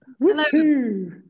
Hello